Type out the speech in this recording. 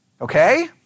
Okay